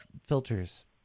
filters